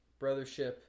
Brothership